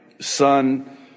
son